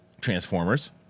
Transformers